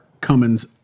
Cummins